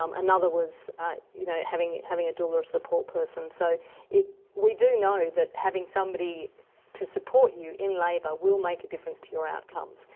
um another was you know having having a doula or support person. so we do know that having somebody to support you in labour will make a difference to your outcomes.